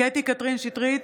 קטי קטרין שטרית,